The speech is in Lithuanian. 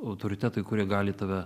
autoritetai kurie gali tave